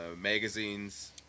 magazines